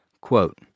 Quote